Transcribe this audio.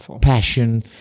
passion